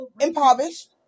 impoverished